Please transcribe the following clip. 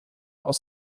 aus